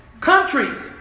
countries